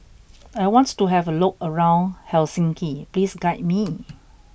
I want to have a look around Helsinki Please guide me